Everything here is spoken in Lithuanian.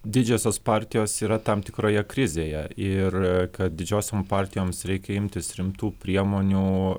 didžiosios partijos yra tam tikroje krizėje ir kad didžiosiom partijoms reikia imtis rimtų priemonių